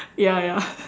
ya ya